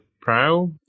prow